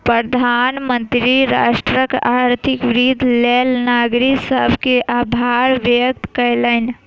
प्रधानमंत्री राष्ट्रक आर्थिक वृद्धिक लेल नागरिक सभ के आभार व्यक्त कयलैन